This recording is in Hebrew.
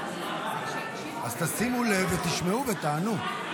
אז תשימו לב ותשמעו ותענו.